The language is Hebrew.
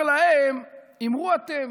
"אמר להם: אמרו אתם".